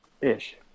Ish